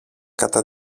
κατά